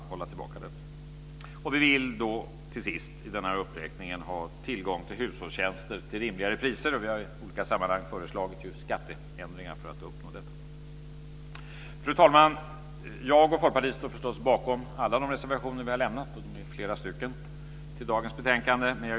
Fru talman! Jag och Folkpartiet står förstås bakom alla de reservationer vi har lämnat - det är flera stycken - till dagens betänkande.